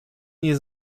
nie